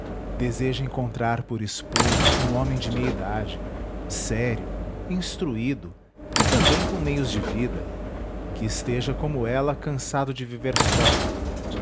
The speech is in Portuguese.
deseja encontrar por esposo um homem de meia idade sério instruído e também com meios de vida que esteja como ela cansado de viver só